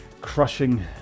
crushing